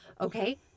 okay